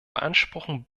beanspruchen